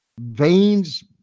Veins